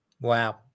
Wow